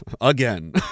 again